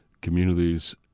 communities